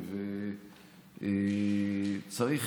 צריך,